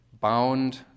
Bound